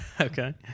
Okay